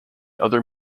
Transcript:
other